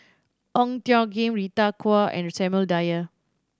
Ong Tjoe Kim Rita Chao and Samuel Dyer